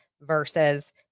versus